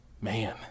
Man